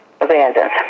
abandoned